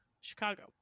Chicago